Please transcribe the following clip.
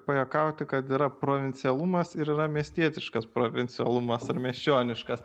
pajuokauti kad yra provincialumas ir yra miestietiškas provincialumas ar miesčioniškas